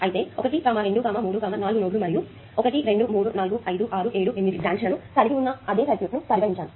అయితే ఇప్పుడు 1 2 3 4 నోడ్లు మరియు 1 2 3 4 5 6 7 8 బ్రాంచ్ లను కలిగి ఉన్న అదే సర్క్యూట్ ను పరిగణించాను